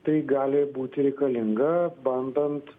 tai gali būti reikalinga bandant